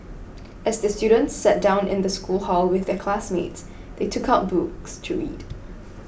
as the students sat down in the school hall with their classmates they took out books to read